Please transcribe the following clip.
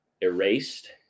erased